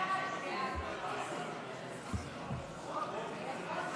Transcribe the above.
הצעת סיעות רע"מ וחד"ש-תע"ל להביע אי-אמון בממשלה